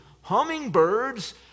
hummingbirds